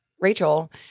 rachel